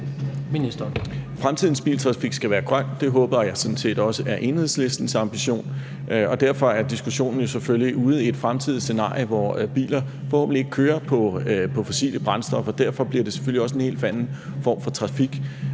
Fremtidens biltrafik skal være grøn – det håber jeg sådan set også er Enhedslisten ambition – og derfor er diskussionen jo om et fremtidigt scenarie, hvor biler forhåbentlig ikke kører på fossile brændstoffer, og derfor bliver det selvfølgelig også en helt anden form for trafik.